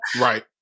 Right